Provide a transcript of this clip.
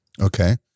Okay